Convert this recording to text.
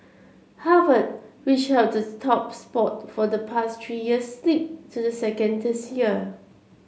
Harvard which holds the top spot for the past three years slipped to second this year